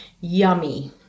Yummy